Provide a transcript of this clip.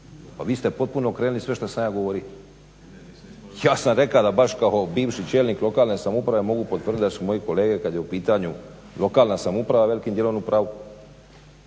Pa vi ste potpuno okrenuli sve što sam ja govorio. Ja sam rekao da baš kao bivši čelnik lokalne samouprave mogu potvrditi da su moji kolege kada je u pitanju lokalna samouprava velikim dijelom u pravu